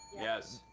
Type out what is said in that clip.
yes.